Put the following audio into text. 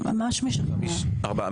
ארבעה.